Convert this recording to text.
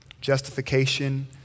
justification